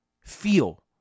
Feel